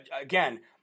again